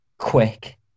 quick